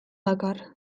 dakar